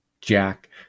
Jack